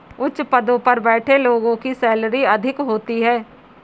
उच्च पदों पर बैठे लोगों की सैलरी अधिक होती है